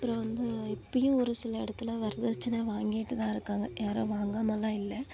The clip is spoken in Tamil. அப்புறம் வந்து இப்பையும் ஒரு சில இடத்தில் வரதட்சணை வாங்கிட்டு தான் இருக்காங்க யாரும் வாங்காமலாம் இல்லை